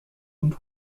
und